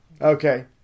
Okay